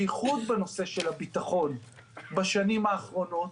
בייחוד בנושא של הביטחון בשנים האחרונות,